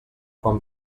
quan